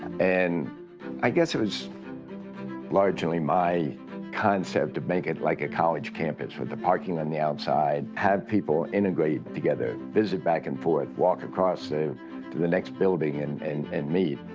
and i guess it was largely my concept to make it like a college campus with the parking on the outside. have people integrate together, visit back and forth, walk across to the next building and and and meet.